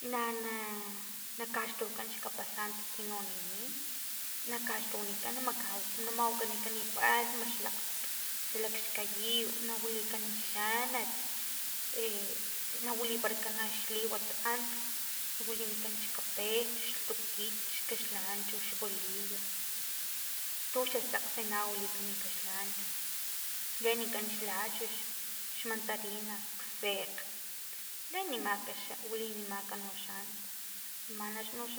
Na na na kaxtukuan xkapasanto ti no nini na kaxlhawanikan mak na kamawanikan palhma xalakxkayiw na wilikan xanat e na wiliparakan nax liwat ants wilinikan xkape xlhtukit xkaxlancho xbolillo tu xa sakgsi na wilika kaxlancho lenikan xlaxux xmantarina xsekgs lenimaka xa wilinimak noxan manoxa ax